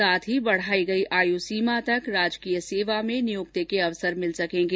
साथ ही बढाई गयी आय सीमा तक राजकीय सेवा में नियुक्ति के अवसर मिल सकेंगे